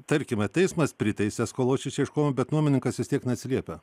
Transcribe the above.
tarkime teismas priteisė skolos ieškojimą bet nuomininkas vis tiek neatsiliepia